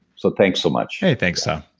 so thanks so much thanks, so